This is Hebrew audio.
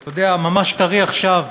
אתה יודע, ממש טרי עכשיו,